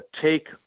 take